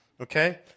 Okay